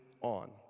on